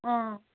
अँ